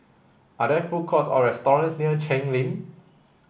are there food courts or restaurants near Cheng Lim